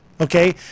okay